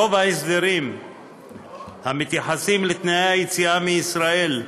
רוב ההסדרים המתייחסים לתנאי היציאה מישראל,